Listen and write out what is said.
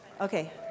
Okay